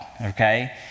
okay